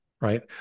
right